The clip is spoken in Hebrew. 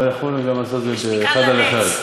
אבל יכולת גם לעשות את זה אחד על אחד.